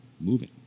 moving